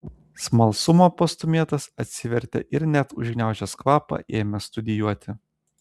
smalsumo pastūmėtas atsivertė ir net užgniaužęs kvapą ėmė studijuoti